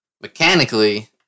Mechanically